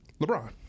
lebron